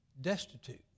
destitute